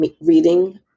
reading